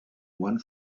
one